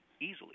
easily